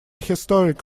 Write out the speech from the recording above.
historic